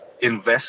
invest